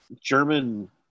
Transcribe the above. german